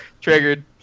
Triggered